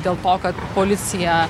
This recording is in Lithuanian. dėl to kad policija